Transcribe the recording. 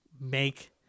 make